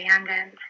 abandoned